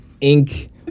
ink